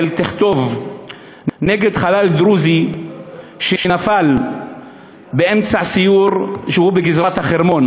תכתוב נגד חלל דרוזי שנפל באמצע הסיור בגזרת החרמון.